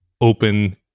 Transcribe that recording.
open